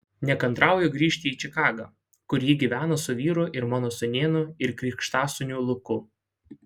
nekantrauju grįžti į čikagą kur ji gyvena su vyru ir mano sūnėnu ir krikštasūniu luku